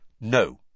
No